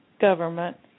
government